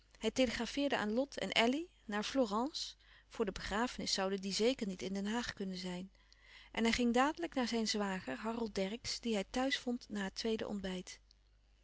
hij telegrafeerde aan lot en elly naar florence voor de begrafenis zouden die zeker niet in den haag kunnen zijn en hij ging dadelijk naar zijn zwager harold dercksz dien hij thuis vond na het tweede ontbijt